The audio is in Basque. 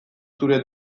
zure